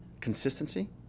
consistency